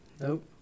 Nope